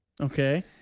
Okay